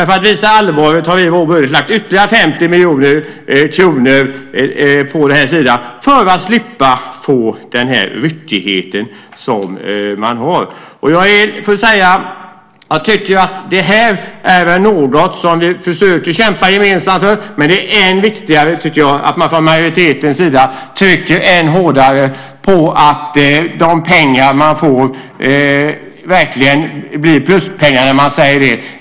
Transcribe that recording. För att visa allvaret har vi i vår budget lagt ytterligare 50 miljoner kronor på det här för att slippa få den här ryckigheten som finns i dag. Det här är något som vi försöker kämpa gemensamt för, men det är viktigare, tycker jag, att man från majoritetens sida trycker än hårdare på att de pengar man får verkligen blir pluspengar när man säger det.